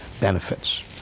benefits